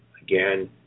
Again